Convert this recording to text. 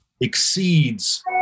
exceeds